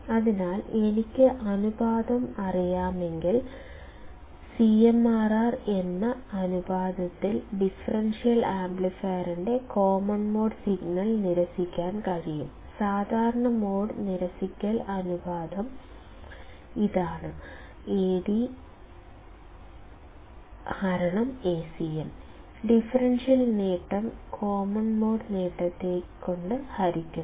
അതിനാൽ എനിക്ക് അനുപാതം അറിയാമെങ്കിൽ സിഎംആർആർ എന്ന അനുപാതത്തിൽ ഡിഫറൻഷ്യൽ ആംപ്ലിഫയറിന് കോമൺ മോഡ് സിഗ്നൽ നിരസിക്കാൻ കഴിയും സാധാരണ മോഡ് നിരസിക്കൽ അനുപാതം ഇതാണ് |AdAcm| ഡിഫറൻഷ്യൽ നേട്ടം കോമൺ മോഡ് നേട്ടത്താൽ ഹരിക്കുന്നു